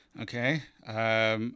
Okay